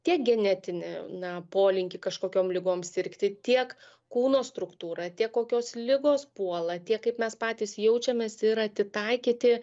tiek genetinį na polinkį kažkokiom ligom sirgti tiek kūno struktūrą tiek kokios ligos puola tiek kaip mes patys jaučiamės ir atitaikyti